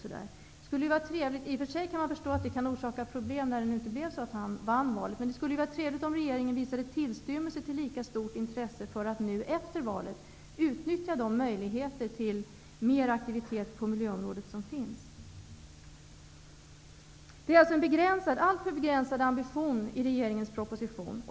I och för sig kan man förstå att det kan orsaka problem när han nu inte vann valet. Men det skulle vara trevligt om regeringen visade tillstymmelse till lika stort intresse för att nu efter valet utnyttja de möjligheter som nu finns till mer aktivitet på miljöområdet. Det är en alltför begränsad ambition i regeringens proposition.